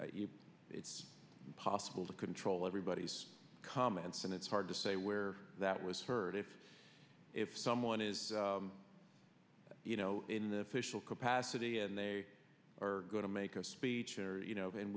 but it's impossible to control everybody's comments and it's hard to say where that was heard if if someone is you know in the fischel capacity and they are going to make a speech or you know